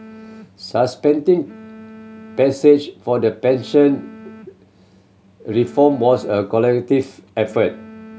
suspending passage for the pension reform was a effort